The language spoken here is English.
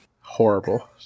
Horrible